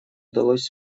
удалось